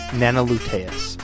nanoluteus